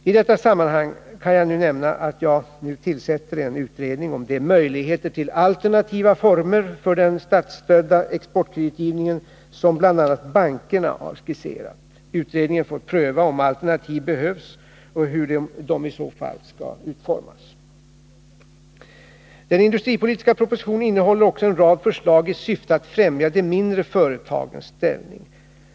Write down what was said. I detta sammanhang kan jag nu nämna att jag tillsätter en utredning om de möjligheter till alternativa former för den statsstödda exportkreditgivningen som bl.a. bankerna har skisserat. Utredningen får pröva om alternativ behövs och hur de i så fall skall utformas. Den industripolitiska propositionen innehåller också en rad förslag i syfte att främja de mindre företagens ställning.